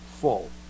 full